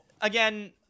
again